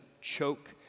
choke